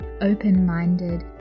open-minded